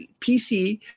pc